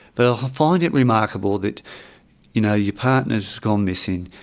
but ah find it remarkable that you know your partner has gone missing,